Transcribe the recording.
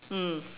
mm